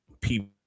people